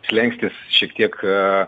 slenkstis šiek tiek